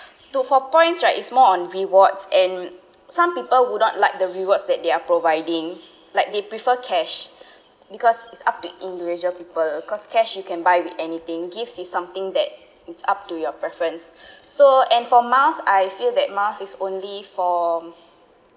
to for points right it's more on rewards and some people would not like the rewards that they are providing like they prefer cash because is up to individual people cause cash you can buy with anything gift is something that it's up to your preference so and for miles I feel that miles is only for